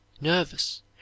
nervous